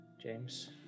James